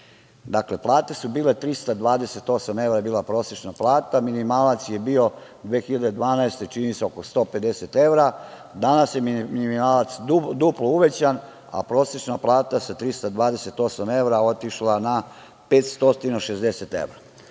Dakle, plate su bile 328 evra je bila prosečna plata, minimalac je bio 2012. godine, čini mi se oko 150 evra, danas je minimalac duplo uvećan, a prosečna plata sa 328 evra je otišla na 560 evra.